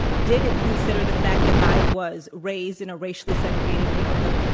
did it consider the fact that i was raised in a racially segregated neighborhood,